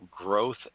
growth